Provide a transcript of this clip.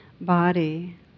body